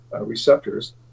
receptors